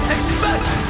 Expect